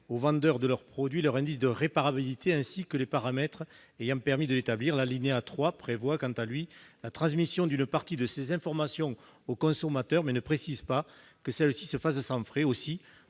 aux vendeurs de leurs produits leur indice de réparabilité ainsi que les paramètres ayant permis de l'établir ». L'alinéa 3 prévoit la transmission d'une partie de ces informations au consommateur, mais ne précise pas que celle-ci doit se faire sans frais. Aussi,